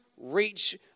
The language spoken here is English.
reach